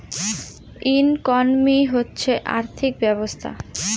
economy হচ্ছে আর্থিক ব্যবস্থা